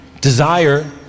desire